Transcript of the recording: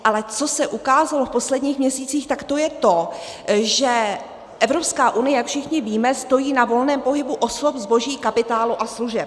Ale co se ukázalo v posledních měsících, tak to je to, že Evropská unie, jak všichni víme, stojí na volném pohybu osob, zboží, kapitálu a služeb.